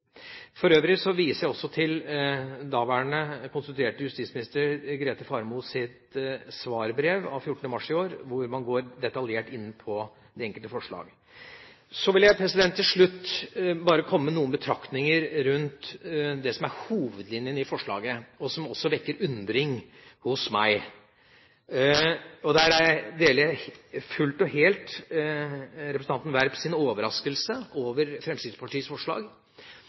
For øvrig viser jeg også til daværende konstituert justisminister Grete Faremos svarbrev av 14. mars i år, hvor man går detaljert inn på de enkelte forslag. Så vil jeg til slutt bare komme med noen betraktninger rundt det som er hovedlinjen i forslaget, som også vekker undring hos meg. Jeg deler fullt og helt representanten Werps overraskelse over Fremskrittspartiets forslag,